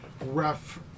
ref